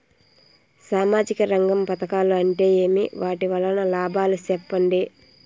సామాజిక రంగం పథకాలు అంటే ఏమి? వాటి వలన లాభాలు సెప్పండి?